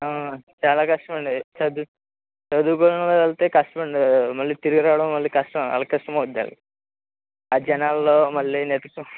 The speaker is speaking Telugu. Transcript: చాలా కష్టమండి చదువు చదువుకోని వాళ్ళు వెళ్తే కష్టమండి మళ్ళీ తిరిగిరావటం మళ్ళీ కష్టం వాళ్ళకి కష్టము అవుతుంది అది అది జనాల్లో మళ్ళీ నెట్టుకో